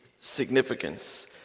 significance